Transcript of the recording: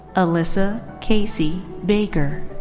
alyssa kasey baker.